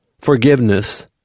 Forgiveness